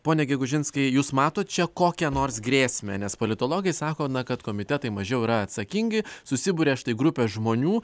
ponia gegužinskai jūs matot čia kokią nors grėsmę nes politologai sako kad komitetai mažiau yra atsakingi susiburia štai grupė žmonių